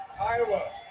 Iowa